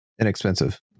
inexpensive